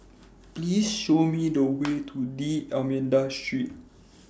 Please Show Me The Way to D'almeida Street